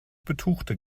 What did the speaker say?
betuchte